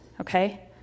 Okay